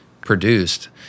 produced